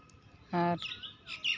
ᱟᱨ